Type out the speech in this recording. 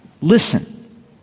Listen